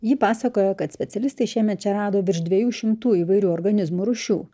ji pasakoja kad specialistai šiemet čia rado virš dviejų šimtų įvairių organizmų rūšių